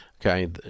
okay